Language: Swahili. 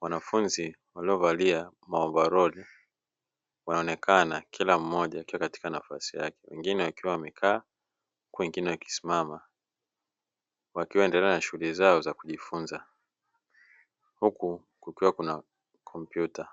wanafunzi waliovalia maovaroli wanaonekana Kila mmoja akiwa katika nafasi yake , wengine wakiwa wamekaa , wengine wakiwa wamesimama , wakiwa wanaendelea na shunguli zao za kujifunza, huku kukiwa na kompyuta.